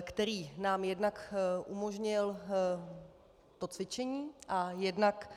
Bečvářovi, který nám jednak umožnil to cvičení, a jednak